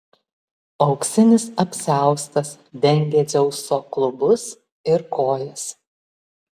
auksinis apsiaustas dengė dzeuso klubus ir kojas